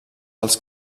alts